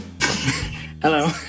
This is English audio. Hello